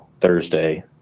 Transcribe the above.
Thursday